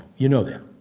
you know that.